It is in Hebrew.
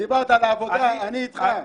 דיברת על העבודה אני איתך.